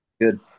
Good